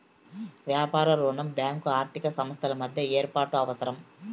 వ్యాపార రుణం బ్యాంకు ఆర్థిక సంస్థల మధ్య ఏర్పాటు అవసరం